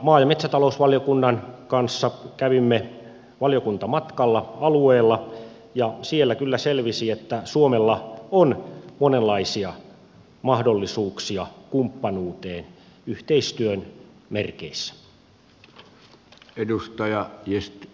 maa ja metsätalousvaliokunnan kanssa kävimme valiokuntamatkalla alueella ja siellä kyllä selvisi että suomella on monenlaisia mahdollisuuksia kumppanuuteen yhteistyön merkeissä